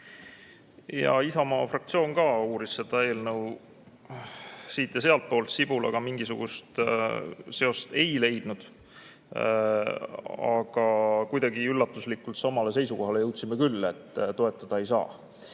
Isamaa fraktsioon ka uuris seda eelnõu siit- ja sealtpoolt, sibulaga mingisugust seost ei leidnud, aga kuidagi üllatuslikult samale seisukohale jõudsime küll, et toetada ei saa. Aga